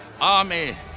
army